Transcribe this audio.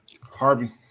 Harvey